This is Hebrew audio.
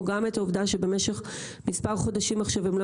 או גם את העובדה שבמשך מספר חודשים עכשיו הם לא